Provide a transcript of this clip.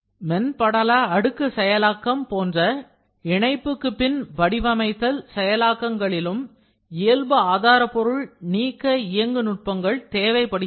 மென்படல அடுக்கு செயலாக்கம் போன்ற இணைப்புக்கு பின் வடிவமைத்தல் செயலாக்கங்களிலும் இயல்பு ஆதாரபொருள் நீக்க இயங்கு நுட்பங்கள் தேவைப்படுகின்றன